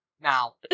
Now